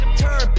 turn